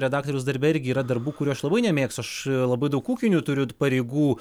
redaktoriaus darbe irgi yra darbų kuriuos labai nemėgstu aš labai daug ūkinių turiu pareigų